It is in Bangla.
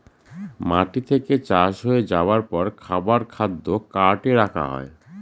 মাটি থেকে চাষ হয়ে যাবার পর খাবার খাদ্য কার্টে রাখা হয়